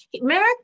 Merrick